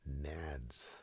NADS